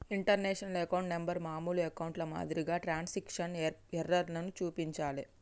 international account number మామూలు అకౌంట్ల మాదిరిగా ట్రాన్స్క్రిప్షన్ ఎర్రర్లను చూపించలే